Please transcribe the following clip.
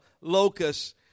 locusts